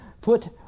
put